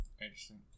Interesting